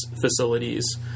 facilities